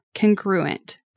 congruent